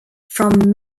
from